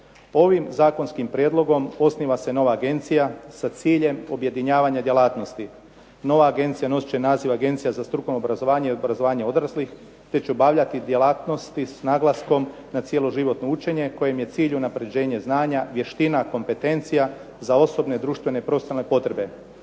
Ovim zakonskim prijedlogom osniva se nova agencija sa ciljem objedinjavanja djelatnosti. Nova agencija nosit će naziv Agencija za strukovno obrazovanje i obrazovanje odraslih, te će obavljati djelatnosti s naglaskom na cijeloživotno učenje, kojem je ciljem unapređenje znanja, vještina, kompetencija za osobne, društvene i profesionalne potrebe.